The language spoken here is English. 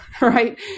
right